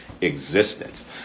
existence